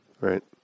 Right